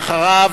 אחריו,